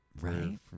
Right